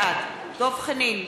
בעד דב חנין,